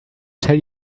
tell